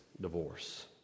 divorce